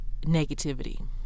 negativity